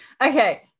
Okay